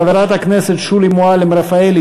חברת הכנסת שולי מועלם-רפאלי,